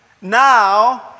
Now